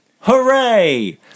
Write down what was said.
hooray